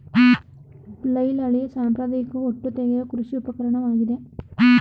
flail ಹಳೆಯ ಸಾಂಪ್ರದಾಯಿಕ ಹೊಟ್ಟು ತೆಗೆಯುವ ಕೃಷಿ ಉಪಕರಣವಾಗಿದೆ